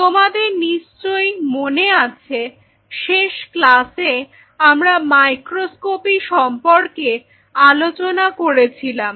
তোমাদের নিশ্চয়ই মনে আছে শেষ ক্লাসে আমরা মাইক্রোস্কপি সম্পর্কে আলোচনা করেছিলাম